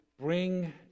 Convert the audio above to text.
bring